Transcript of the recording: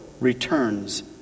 returns